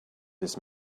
this